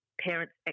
parents